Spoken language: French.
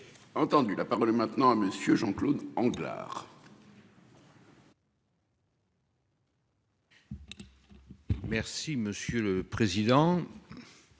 Entendu. La parole est maintenant à monsieur Jean-Claude en place. Merci monsieur le président.